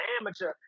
amateur